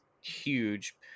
huge